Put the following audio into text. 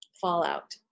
fallout